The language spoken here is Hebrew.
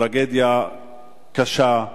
טרגדיה קשה.